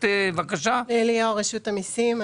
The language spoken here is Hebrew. רשות המיסים.